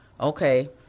okay